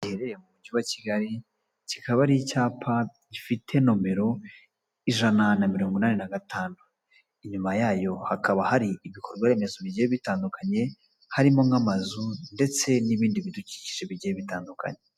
Icyapa giherereye mu mijyi wa Kigali, kikaba ari icyapa gifite nomero ijana na mirongo inani na gatanu. Inyuma yayo hakaba hari ibikorwaremezo bigiye bitandukanye harimo nk'amazu ndetse n'ibindi bidukikije bigiye bitandukanye.